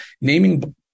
naming